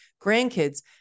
grandkids